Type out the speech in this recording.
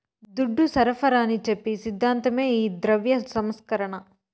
దుడ్డు సరఫరాని చెప్పి సిద్ధాంతమే ఈ ద్రవ్య సంస్కరణ